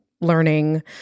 learning